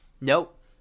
nope